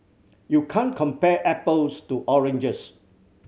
you can't compare apples to oranges